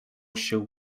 się